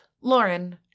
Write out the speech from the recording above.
Lauren